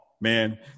man